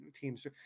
teams